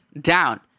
down